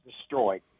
destroyed